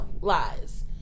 Lies